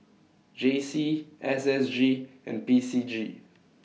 J C S S G and P C G